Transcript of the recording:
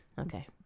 okay